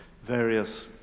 Various